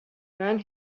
ran